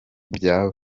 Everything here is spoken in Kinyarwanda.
byaba